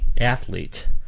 athlete